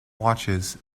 watches